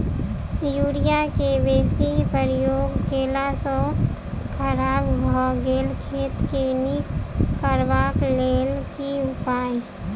Urea केँ बेसी प्रयोग केला सऽ खराब भऽ गेल खेत केँ नीक करबाक लेल की उपाय?